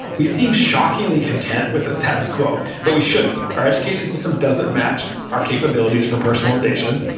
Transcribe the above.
we seem shockingly content with the status quo, but we shouldn't, our education system doesn't match our capabilities for personalization.